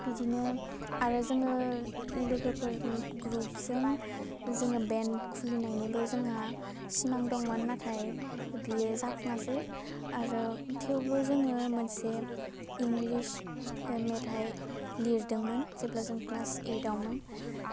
बिदिनो आरो जोङो लोगोफोर ग्रुबजों जोङो बेन्ड खुलिनायनिबो जोंहा सिमां दंमोन नाथाय बियो जाफुङासै आरो थेवबो जोङो मोनसे इंलिस मेथाइ लिरदोंमोन जेब्ला जों क्लास ओइदावमोन